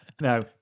No